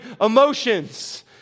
emotions